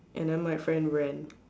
and then my friend ran